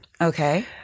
Okay